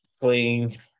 Playing